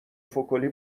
فکلی